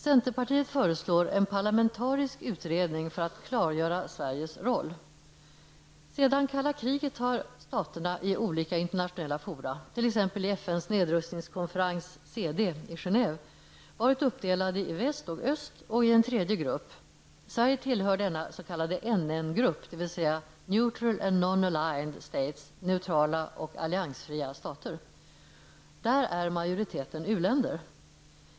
Centerpartiet föreslår en parlamentarisk utredning för att klargöra Sveriges roll. Sedan det kalla kriget har staterna i olika internationella fora, t.ex. i FNs nedrustningskonferens CD i Genève, varit uppdelade i väst och öst och i en tredje grupp. Sverige tillhör denna s.k. NN-grupp, dvs. neutral and non-allied states, neutrala och alliansfria stater. Där är majoriteten u-länder.